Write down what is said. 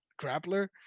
grappler